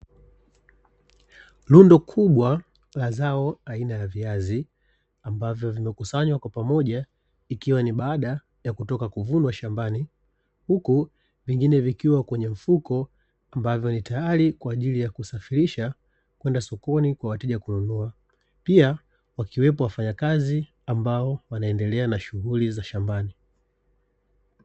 Rundo kubwa la zao aina la viazi ambavyo vimekusanywa kwa pamoja ikiwa ni baada ya kutoka kuvunwa shambani huku vingine vikiwa kwenye mfuko ambavyo ni tayari kwa ajiri ya kusafirisha kwenda sokoni kwa ajili ya wateja kununua pia wakiwepo wafanyakazi ambao wanaendelea na shughuli za shambani.